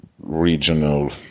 regional